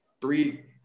three